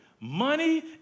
Money